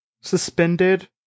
suspended